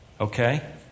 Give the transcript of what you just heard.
okay